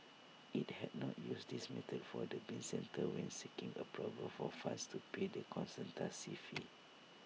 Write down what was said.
IT had not used this method for the bin centre when seeking approval for funds to pay the consultancy fee